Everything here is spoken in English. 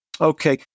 Okay